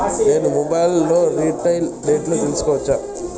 నేను మొబైల్ లో రీటైల్ రేట్లు తెలుసుకోవచ్చా?